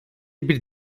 bir